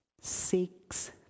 six